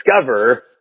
discover